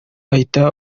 ahita